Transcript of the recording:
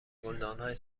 گلدانهای